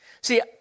See